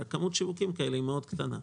רק כמות השיווקים האלה היא קטנה מאוד.